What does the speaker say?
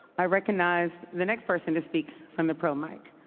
i recognize the next person to speak from the pro mic.